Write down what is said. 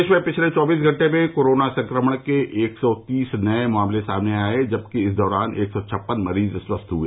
प्रदेश में पिछले चौबीस घंटे में कोरोना संक्रमण के एक सौ तीस नये मामले सामने आये हैं जबकि इस दौरान एक सौ छप्पन मरीज स्वस्थ हुए